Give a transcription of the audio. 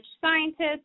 scientists